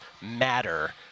matter